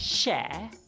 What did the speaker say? Share